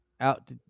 out